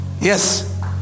yes